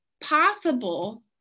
possible